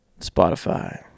Spotify